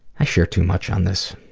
i share too much on this.